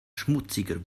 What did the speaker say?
schmutziger